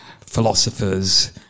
philosophers